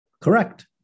Correct